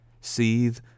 seethe